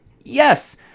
Yes